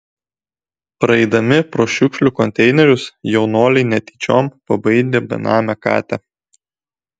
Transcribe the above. praeidami pro šiukšlių konteinerius jaunuoliai netyčiom pabaidė benamę katę